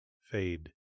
fade